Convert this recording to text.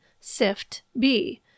SIFT-B